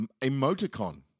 emoticon